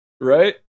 Right